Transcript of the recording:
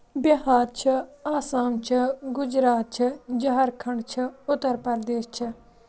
بِہار چھِ آسام چھِ گُجرات چھِ جارکھنٛڈ چھِ اُتر پردیش چھِ